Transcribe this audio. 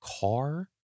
car